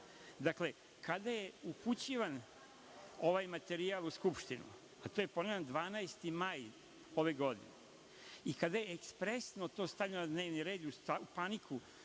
kada je upućivan ovaj materijal u Skupštinu, a to je, ponavljam, 12. maj ove godine i kada je ekspresno to stavljeno na dnevni red i panika